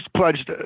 pledged